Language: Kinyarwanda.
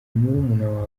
murumuna